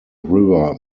river